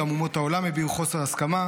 גם אומות העולם הביעו חוסר הסכמה,